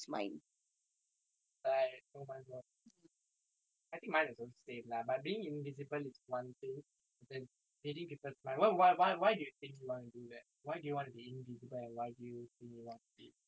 I think mine is also same lah but being invisible is one thing then reading people's mind why why why why do you think you want to do that why do you want to be invisible and why do you think you want to be